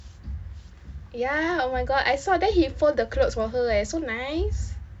ya oh my god i saw then he fold the clothes for her eh so nice